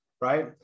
right